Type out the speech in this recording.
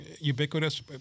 ubiquitous